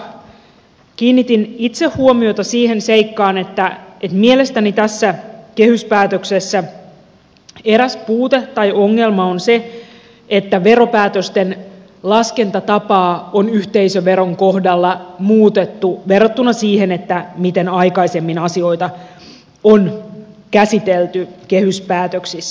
keskusteluosuudessa kiinnitin itse huomiota siihen seikkaan että mielestäni tässä kehyspäätöksessä eräs puute tai ongelma on se että veropäätösten laskentatapaa on yhteisöveron kohdalla muutettu verrattuna siihen miten aikaisemmin asioita on käsitelty kehyspäätöksissä